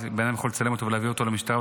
בן אדם יכול לצלם אותו ולהעביר למשטרה,